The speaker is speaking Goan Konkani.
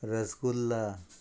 रसगुल्ला